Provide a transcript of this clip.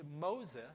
moses